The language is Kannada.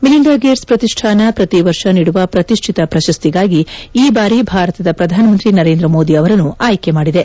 ಮಿಲಿಂದ ಗೇಟ್ಸ್ ಪ್ರತಿಷ್ಣಾನ ಪ್ರತಿವರ್ಷ ನೀಡುವ ಪ್ರತಿಷ್ಣಿತ ಪ್ರಶಸ್ತಿಗಾಗಿ ಈ ಬಾರಿ ಭಾರತದ ಪ್ರಧಾನಮಂತ್ರಿ ನರೇಂದ್ರ ಮೋದಿ ಅವರನ್ನು ಆಯ್ನೆ ಮಾಡಿದೆ